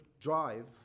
drive